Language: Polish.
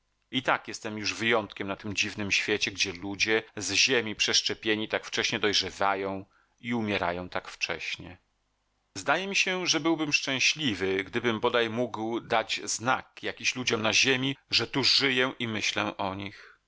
i tak jestem już wyjątkiem na tym dziwnym świecie gdzie ludzie z ziemi przeszczepieni tak wcześnie dojrzewają i umierają tak wcześnie zdaje mi się że byłbym szczęśliwy gdybym bodaj mógł dać znak jakiś ludziom na ziemi że tu żyję i myślę o nich